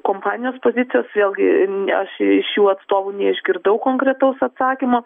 kompanijos pozicijos vėlgi ne aš iš jų atstovų neišgirdau konkretaus atsakymo